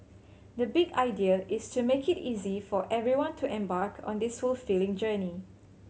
the big idea is to make it easy for everyone to embark on this fulfilling journey